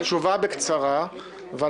בטלוויזיה או בכנסת.